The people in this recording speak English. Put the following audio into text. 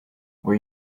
were